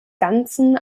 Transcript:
ganzen